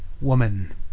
Woman